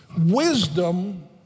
wisdom